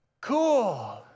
cool